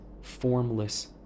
formless